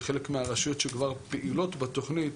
כחלק מהרשויות שכבר פעילות בתוכנית,